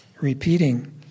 repeating